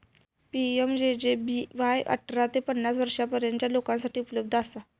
PMJJBY अठरा ते पन्नास वर्षांपर्यंतच्या लोकांसाठी उपलब्ध असा